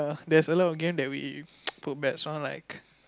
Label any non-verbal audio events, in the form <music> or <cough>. there's a lot of game that we <noise> put back like